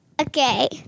Okay